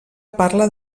parla